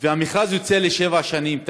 והמכרז יוצא לשבע שנים.